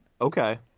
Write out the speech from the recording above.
Okay